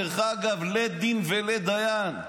דרך אגב, לית דין ולית דיין.